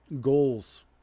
goals